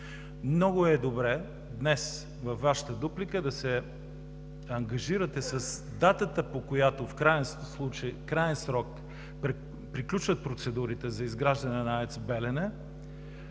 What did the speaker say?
Много е добре днес във Вашата дуплика да се ангажирате с датата, по която в краен срок приключват процедурите за изграждане на АЕЦ „Белене“